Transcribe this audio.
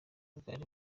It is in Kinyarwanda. bwari